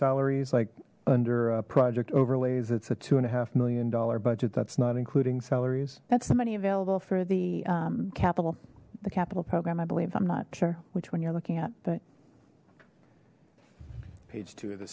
salaries like under a project overlays it's a two and a half million dollar budget that's not including salaries that's somebody available for the capital the capital program i believe i'm not sure which one you're looking at but page two